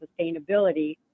sustainability